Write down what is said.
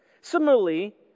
Similarly